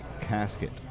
Casket